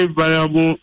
variable